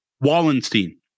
Wallenstein